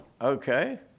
Okay